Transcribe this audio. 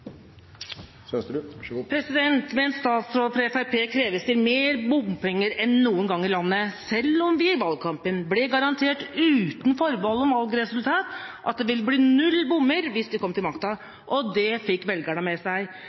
Med en statsråd fra Fremskrittspartiet kreves det inn mer bompenger enn noen gang i landet, selv om vi i valgkampen ble garantert, uten forbehold om valgresultat, at det ville bli null bommer hvis de kom til makta – og det fikk velgerne med seg,